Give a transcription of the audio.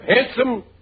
handsome